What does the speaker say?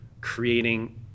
creating